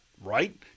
right